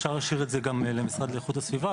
אפשר להשאיר את זה גם למשרד לאיכות הסביבה,